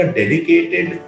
dedicated